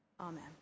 Amen